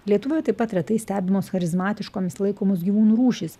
lietuvoje taip pat retai stebimos charizmatiškomis laikomos gyvūnų rūšys